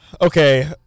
Okay